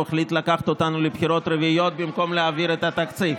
החליט לקחת אותנו לבחירות רביעיות במקום להעביר את התקציב.